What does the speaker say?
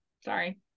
sorry